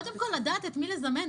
קודם כול, לדעת את מי לזמן.